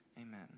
Amen